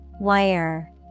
Wire